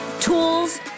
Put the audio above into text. tools